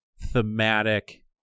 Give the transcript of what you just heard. thematic